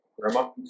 Grandma